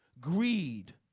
Greed